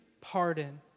pardon